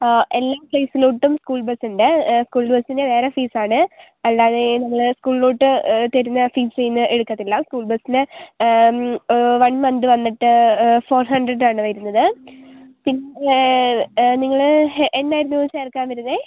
എല്ലാ പ്ലേസിലോട്ടും school bus ഉണ്ട് സ്കൂൾ ബസ്സിന് വേറെ ഫീസ് ആണ് അല്ലാതെ നിങ്ങൾ സ്കൂളിലോട്ട് തരുന്ന ഫീസിൽ നിന്ന് എടുക്കത്തില്ല സ്കൂൾ ബസിന് ഒരു മന്ത് വന്നിട്ട് ഫോർ ഹൺഡ്രഡ് ആണ് വരുന്നത് പിന്നെ നിങ്ങൾ എന്നായിരുന്നു ചേർക്കാൻ വരുന്നത്